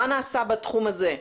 מה נעשה בתחום הזה?